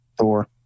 Thor